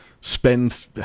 spend